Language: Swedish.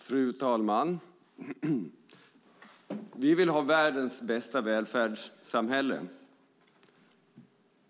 Fru talman! Vi vill ha världens bästa välfärdssamhälle.